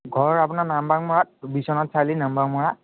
ঘৰ আপোনাৰ নাম বাঘমৰাত বিশ্বনাথ চাৰিআলি নাম বাঘমৰা